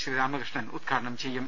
ശ്രീരാമകൃഷ്ണൻ ഉദ്ഘാടനം ചെയ്യും